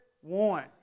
one